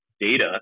data